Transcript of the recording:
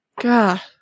God